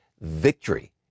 victory